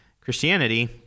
Christianity